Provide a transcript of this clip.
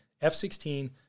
F-16